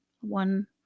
one